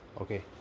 okay